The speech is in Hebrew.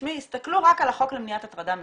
תשמעי, תסתכלו רק על החוק למניעת הטרדה מינית,